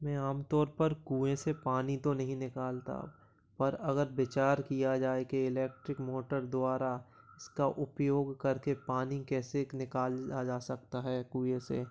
मैं आम तौर पर कुएँ से पानी तो नहीं निकालता पर अगर विचार किया जाए के इलेक्ट्रिक मोटर द्वारा इसका उपयोग करके पानी कैसे निकाला जा सकता है कुए से